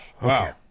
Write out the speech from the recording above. Wow